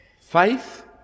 faith